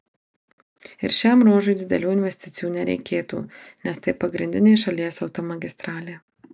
ir šiam ruožui didelių investicijų nereikėtų nes tai pagrindinė šalies automagistralė